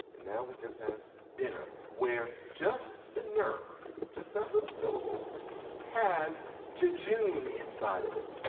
and now we just have dinner where just the nerves just that little syllable has jejune inside of it.